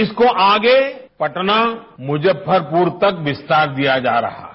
इसको आगे पटना मुजफ्फरपुर तक विस्तार दिया जा रहा है